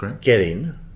get-in